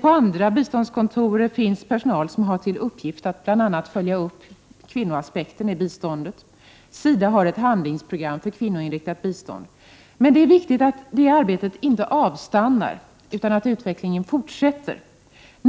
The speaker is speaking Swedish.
På andra biståndskontor finns det personal som har till uppgift att bl.a. följa upp kvinnoaspekten i biståndet. SIDA har ett handlingsprogram för kvinnoinriktat bistånd. Men det är viktigt att arbetet inte avstannar och att utvecklingen fortsätter.